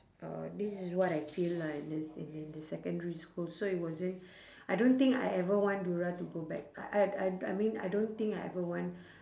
uh this is what I feel lah this and then the secondary school so it wasn't I don't think I ever want to go back I I I I mean I don't think I ever want